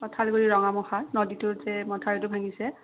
নদীটোৰ যে মথাউৰীটো ভাঙিছে